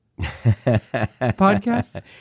podcast